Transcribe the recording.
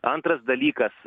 antras dalykas